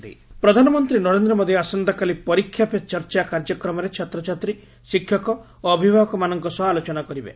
PM Pariksha Pe Charcha ପ୍ରଧାନମନ୍ତ୍ରୀ ନରେନ୍ଦ୍ର ମୋଦି ଆସନ୍ତାକାଲି ପରୀକ୍ଷା ପେ ଚର୍ଚ୍ଚା କାର୍ଯ୍ୟକ୍ରମରେ ଛାତ୍ରଛାତ୍ରୀ ଶିକ୍ଷକ ଓ ଅଭିଭାବକମାନଙ୍କ ସହ ଆଲୋଚନା କରିବେ